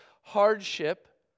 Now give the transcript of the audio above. hardship